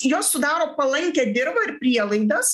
jos sudaro palankią dirvą ir prielaidas